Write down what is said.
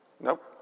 Nope